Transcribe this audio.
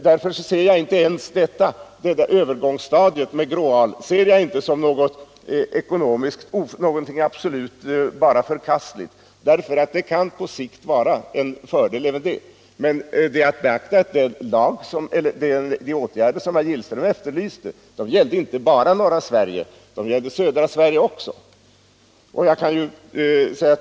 Därför ser jag detta över gångsstadium med gråal inte som någonting enbart förkastligt. Även detta kan på sikt vara en fördel. Men det är att beakta att de åtgärder som herr Gillström efterlyste inte bara gällde norra Sverige utan även södra Sverige.